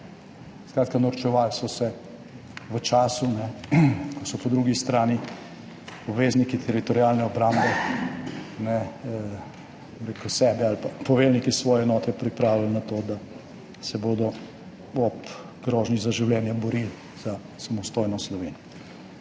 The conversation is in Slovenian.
Skratka, norčevali so se v času, ko so po drugi strani obvezniki teritorialne obrambe ali pa poveljniki svoje enote pripravili na to, da se bodo ob grožnji za življenje borili za samostojno Slovenijo.